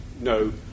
no